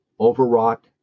overwrought